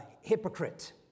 hypocrite